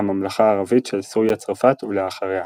הממלכה הערבית של סוריה-צרפת ולאחריה.